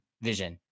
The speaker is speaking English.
Vision